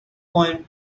coen